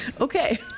Okay